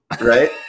right